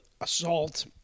assault